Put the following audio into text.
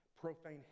profane